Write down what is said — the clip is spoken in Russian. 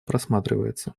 просматривается